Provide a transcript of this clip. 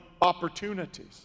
opportunities